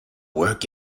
work